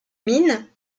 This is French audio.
mines